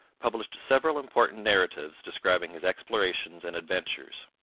published several important narratives describing his explorations and adventures.